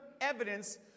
evidence